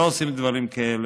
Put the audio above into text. לא עושים דברים כאלה.